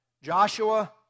Joshua